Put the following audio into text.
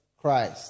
Christ